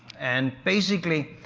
and basically,